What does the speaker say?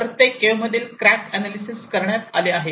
प्रत्येक केव्ह मधील crack analyses करण्यात आले आहे